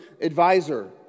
advisor